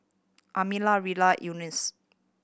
Amalia Rilla Eunice